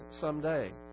someday